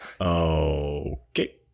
Okay